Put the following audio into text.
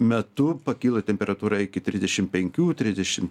metu pakyla temperatūra iki trisdešim penkių trisdešim